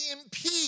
impede